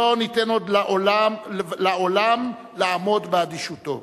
שלא ניתן עוד לעולם לעמוד באדישותו.